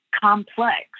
complex